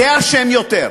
זה אשם יותר.